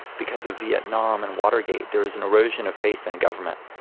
because of vietnam and watergate, there was an erosion of faith in government,